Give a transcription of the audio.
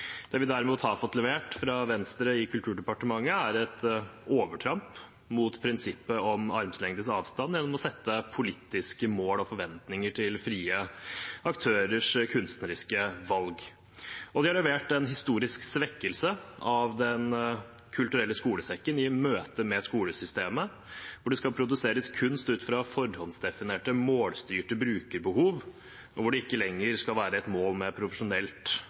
Det vi derimot har fått levert fra Venstre i Kulturdepartementet, er et overtramp mot prinsippet om armlengdes avstand gjennom å sette politiske mål og forventninger til frie aktørers kunstneriske valg. De har levert en historisk svekkelse av Den kulturelle skolesekken i møte med skolesystemet, hvor det skal produseres kunst ut fra forhåndsdefinerte, målstyrte brukerbehov, og hvor det ikke lenger skal være et mål med et profesjonelt